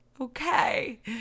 okay